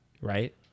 right